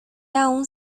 aún